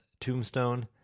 tombstone